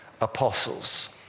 apostles